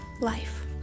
life